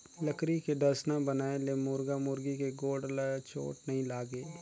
लकरी के डसना बनाए ले मुरगा मुरगी के गोड़ ल चोट नइ लागे